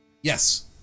yes